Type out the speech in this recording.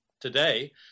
today